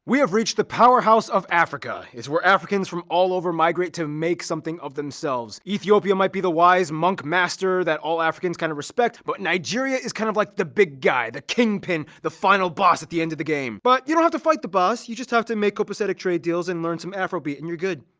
we have reached the powerhouse of africa! it's where africans from all over migrated to make something of themselves. ethiopia might be the wise monk master that all africans kind of respect, but nigeria is kind of like the big guy! the kingpin, the final boss at the end of the game! but you don't have to fight the boss. you just have to make copacetic trade deals and learn some afrobeat and you're good.